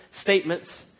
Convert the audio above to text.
statements